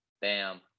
Bam